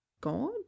God